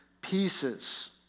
pieces